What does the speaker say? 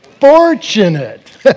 Fortunate